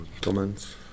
comments